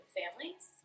families